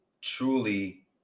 truly